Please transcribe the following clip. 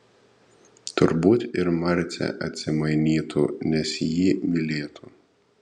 turbūt ir marcė atsimainytų nes jį mylėtų